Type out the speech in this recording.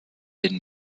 den